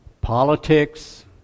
politics